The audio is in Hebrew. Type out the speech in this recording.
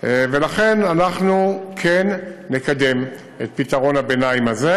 ולכן, אנחנו כן נקדם את פתרון הביניים הזה,